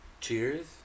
cheers